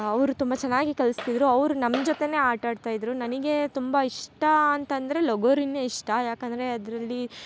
ಅವರು ತುಂಬ ಚೆನ್ನಾಗಿ ಕಲಿಸ್ತಿದ್ರು ಅವ್ರು ನಮ್ಮ ಜೊತೆ ಆಟಾಡ್ತಾ ಇದ್ರು ನನಗೆ ತುಂಬ ಇಷ್ಟ ಅಂತಂದರೆ ಲಗೋರಿನೆ ಇಷ್ಟ ಯಾಕಂದರೆ ಅದರಲ್ಲಿ